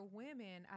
women